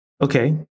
okay